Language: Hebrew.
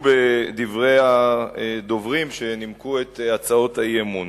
בדברי הדוברים שנימקו את הצעות האי-אמון.